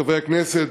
חברי הכנסת,